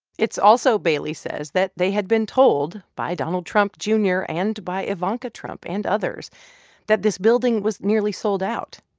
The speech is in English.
it's also, bailey says, that they had been told by donald trump jr. and by ivanka trump and others that this building was nearly sold out.